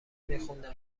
میخوندم